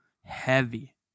Heavy